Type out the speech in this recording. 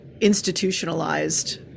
institutionalized